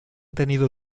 tenido